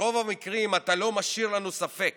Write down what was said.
ברוב המקרים אתה לא משאיר לנו ספק